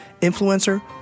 influencer